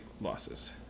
losses